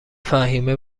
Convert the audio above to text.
فهیمه